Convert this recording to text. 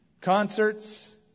concerts